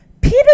Peter